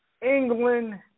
England